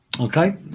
Okay